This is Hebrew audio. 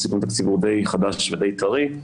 הסיכום התקציבי הוא די חדש וטרי,